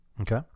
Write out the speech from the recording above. Okay